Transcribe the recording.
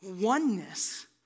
oneness